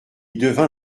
devint